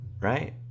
right